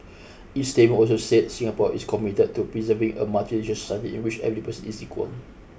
its statement also said Singapore is committed to preserving a multiracial study in which every person is equal